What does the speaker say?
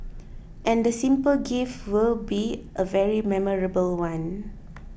and the simple gift will be a very memorable one